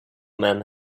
man